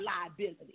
liability